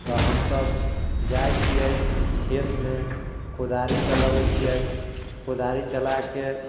तऽ हमसब जाइ छियै खेत मे कोदारि चलऽबै छियै कोदारि चला के